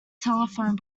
telephone